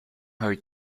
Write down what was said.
her